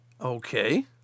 Okay